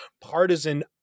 partisan